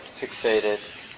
fixated